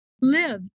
live